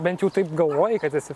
bent jau taip galvojai kad esi